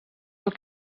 del